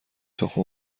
تخم